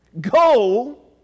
go